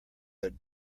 but